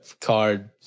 card